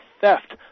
theft